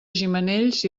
gimenells